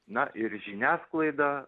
na ir žiniasklaida